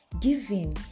giving